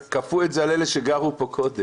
כפו את זה על אלה שגרו פה קודם.